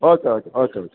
okay okay okay okay